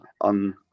on